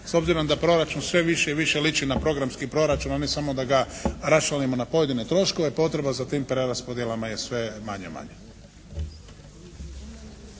s obzirom da proračun sve više i više liči na programski proračun a ne samo da ga raščlanimo na pojedine troškove. Potreba za tim preraspodjelama je sve manja i manja.